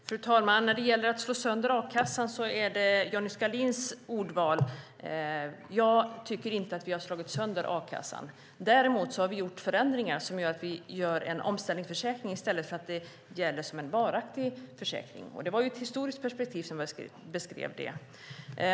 Fru talman! När det gäller att slå sönder a-kassan är det Johnny Skalins ordval. Jag tycker inte att vi har slagit sönder a-kassan. Däremot har vi gjort förändringar som innebär att vi gör en omställningsförsäkring i stället för att det gäller som en varaktig försäkring. Det var i ett historiskt perspektiv jag beskrev det.